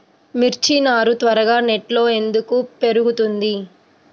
మిర్చి నారు త్వరగా నెట్లో ఎందుకు పెరుగుతుంది?